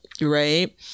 right